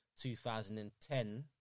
2010